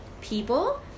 people